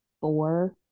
four